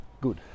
good